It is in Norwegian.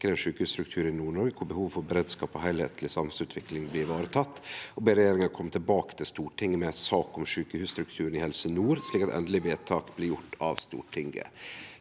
sikre en sykehusstruktur i Nord-Norge hvor behovet for beredskap og helhetlig samfunnsutvikling ivaretas. (…) Stortinget ber regjeringen komme tilbake til Stortinget med sak om sykehusstrukturen i Helse nord, slik at endelig vedtak om ny struktur blir gjort av Stortinget».